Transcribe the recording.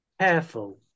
careful